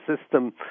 system